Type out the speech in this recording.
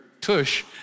tush